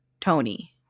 Tony